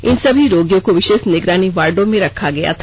इन सभी रोगियों को विशेष निगरानी वार्डो में रखा गया था